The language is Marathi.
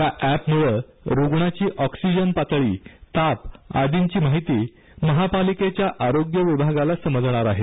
या एप मुळे रूग्णाची ऑक्सिजन पातळी ताप आदीची माहिती महापालिकेच्या आरोग्य विभागाला समजणार आहे